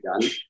done